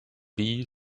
bee